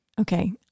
Okay